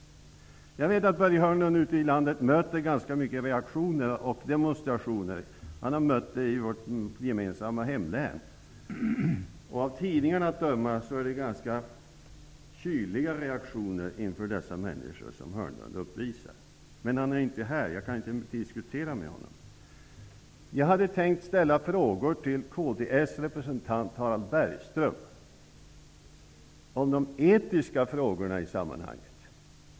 Jag vet att Börje Hörnlund möter ganska många reaktioner och demonstrationer ute i landet, t.ex. i vårt gemensamma hemlän. Av tidningarna att döma uppvisar Börje Hörnlund ganska kyliga reaktioner inför dessa människor. Han är inte här. Därför kan jag inte diskutera med honom. Jag hade tänkt fråga kds representant, Harald Bergström, om de etiska aspekterna i sammanhanget.